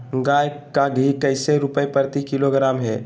गाय का घी कैसे रुपए प्रति किलोग्राम है?